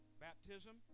baptism